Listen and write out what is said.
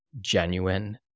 genuine